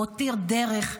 הוא הותיר דרך.